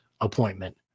appointment